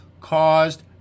caused